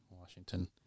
Washington